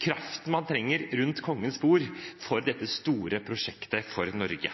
kraften man trenger rundt Kongens bord til dette store prosjektet for Norge.